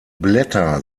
blätter